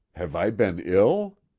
have i been ill?